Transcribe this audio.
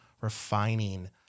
refining